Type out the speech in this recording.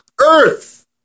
earth